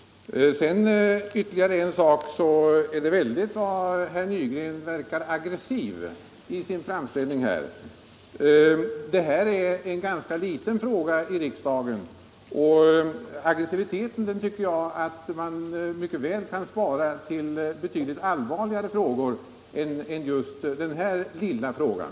Sedan ytterligare en sak. Det är väldigt vad herr Nygren verkar aggressiv i sin framställning. Det här är en ganska liten fråga i riksdagen. Aggressiviteten tycker jag att man mycket väl kan spara till betydligt allvarligare frågor än just den här lilla frågan.